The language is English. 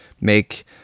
make